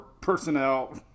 personnel